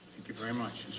you very much.